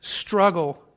struggle